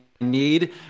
need